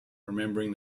remembering